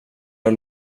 jag